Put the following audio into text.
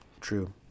True